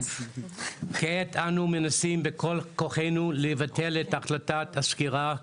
כעת אנו מנסים בכל כוחנו לבטל את החלטת הסגירה,